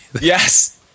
Yes